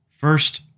First